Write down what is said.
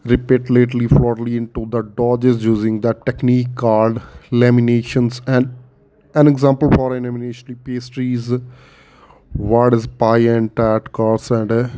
ਰਿਪਲੇਟਲੀ folded into the dough is using the technique called laminations an example for lamination pastries would is pie and ਟੈਟ cross and